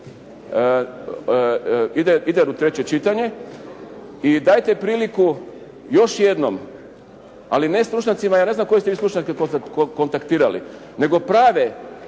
ide u treće čitanje i dajte priliku još jednom ali ne stručnjacima ja ne znam koje ste vi stručnjake kontaktirali nego prave